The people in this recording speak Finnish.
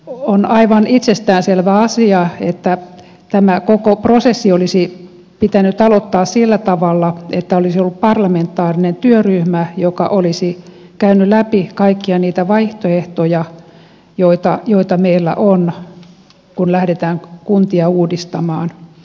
on aivan itsestään selvä asia että tämä koko prosessi olisi pitänyt aloittaa sillä tavalla että olisi ollut parlamentaarinen työryhmä joka olisi käynyt läpi kaikkia niitä vaihtoehtoja joita meillä on kun lähdetään kuntia uudistamaan